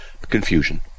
confusion